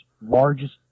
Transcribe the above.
largest